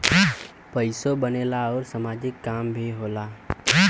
पइसो बनेला आउर सामाजिक काम भी होला